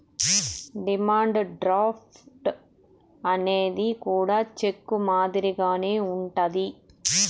demand draft అనేది కూడా cheque మాదిరిగానే ఉంటది